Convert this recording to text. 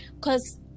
cause